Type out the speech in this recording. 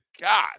God